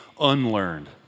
unlearned